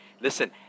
listen